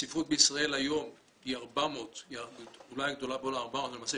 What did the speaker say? הצפיפות בישראל היום היא אולי הגדולה בעולם, למעשה